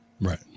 Right